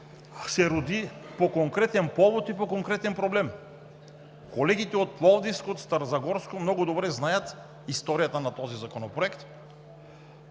се роди по конкретен повод и по конкретен проблем. Колегите от Пловдивско, от Старозагорско много добре знаят историята на този законопроект.